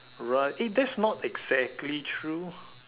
right eh that's not exactly true